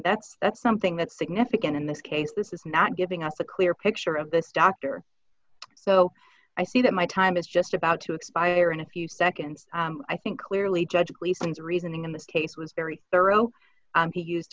that's that's something that's significant in this case this is not giving us a clear picture of this doctor so i think that my time is just about to expire in a few seconds i think clearly judge gleason's reasoning in this case was very thorough he used